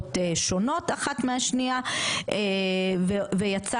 נסיבות שונות אחת מהשנייה, ויצא